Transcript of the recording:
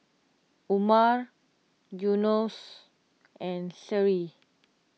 Umar Yunos and Seri